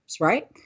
right